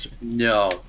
no